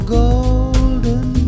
golden